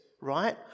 right